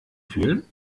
fühlen